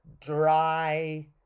dry